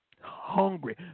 Hungry